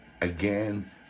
Again